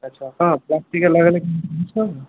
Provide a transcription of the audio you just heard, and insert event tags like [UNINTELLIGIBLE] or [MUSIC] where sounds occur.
আচ্ছা হ্যাঁ প্লাস্টিকের লাগালে [UNINTELLIGIBLE]